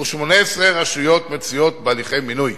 ו-18 רשויות מצויות בהליכי מינוי,